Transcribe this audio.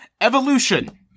evolution